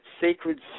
Sacred